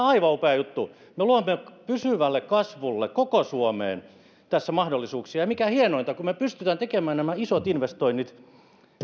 aivan upea juttu me luomme pysyvälle kasvulle koko suomeen tässä mahdollisuuksia ja mikä hienointa kun me pystymme tekemään nämä isot investoinnit